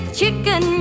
chicken